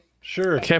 sure